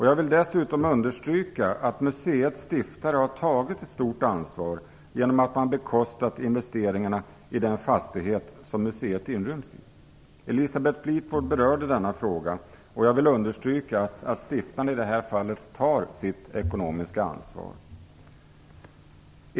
Jag vill dessutom understryka att museets stiftare har tagit ett stort ansvar genom att man har bekostat investeringarna i den fastighet som museet inryms i. Elisabeth Fleetwood berörde denna fråga, och jag vill understryka att stiftarna i det här fallet tar sitt ekonomiska ansvar.